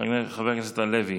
חבר הכנסת לוי.